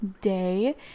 day